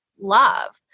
love